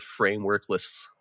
frameworkless